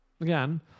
again